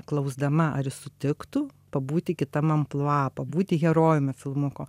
klausdama ar jis sutiktų pabūti kitam amplua pabūti herojumi filmuko